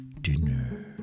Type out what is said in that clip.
dinner